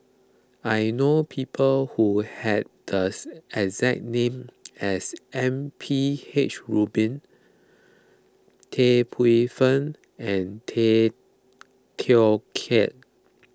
I know people who have the exact name as M P H Rubin Tan Paey Fern and Tay Teow Kiat